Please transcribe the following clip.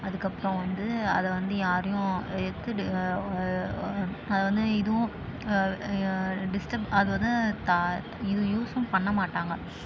அதுக்கப்புறம் வந்து அதை வந்து யாரும் எடுத்து அதை வந்து இதுவும் டிஸ்டப் அது வந்து தா இது யூசும் பண்ண மாட்டாங்க